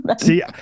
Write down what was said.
See